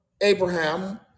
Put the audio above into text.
Abraham